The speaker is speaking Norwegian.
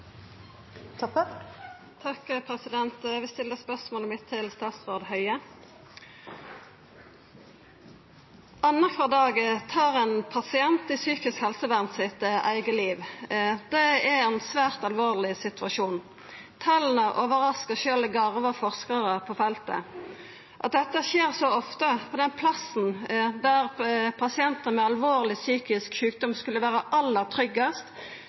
tar ein pasient i det psykiske helsevernet sitt eige liv. Det er ein svært alvorleg situasjon. Tala overraskar sjølv garva forskarar på feltet. At dette skjer så ofte på den plassen der pasientar med alvorleg psykisk sjukdom skulle vera aller tryggast,